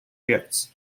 gifts